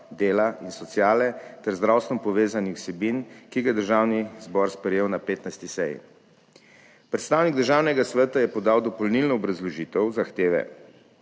dela in sociale ter z zdravstvom povezanih vsebin, ki ga je Državni zbor sprejel na 15. seji. Predstavnik Državnega sveta je podal dopolnilno obrazložitev zahteve,